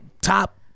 top